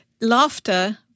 laughter